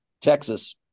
Texas